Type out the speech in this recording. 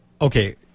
okay